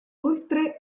oltre